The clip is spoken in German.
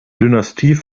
dynastie